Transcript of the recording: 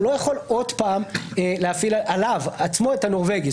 הוא לא יכול עוד פעם להפעיל על עצמו את הנורבגי.